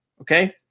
okay